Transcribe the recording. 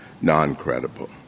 non-credible